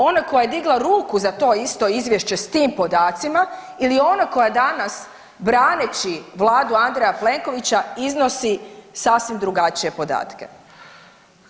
Onoj koja je digla ruku za to isto izvješće s tim podacima ili onoj koja danas braneći vladu Andreja Plenkovića iznosi sasvim drugačije podatke.